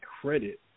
credit